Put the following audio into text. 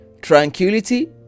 tranquility